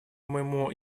моему